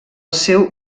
seu